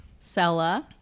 Sela